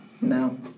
no